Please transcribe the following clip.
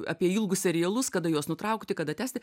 apie ilgus serialus kada juos nutraukti kada tęsti